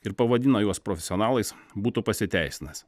ir pavadina juos profesionalais būtų pasiteisinęs